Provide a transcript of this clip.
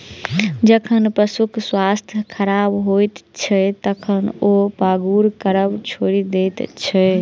जखन पशुक स्वास्थ्य खराब होइत छै, तखन ओ पागुर करब छोड़ि दैत छै